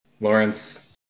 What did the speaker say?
Lawrence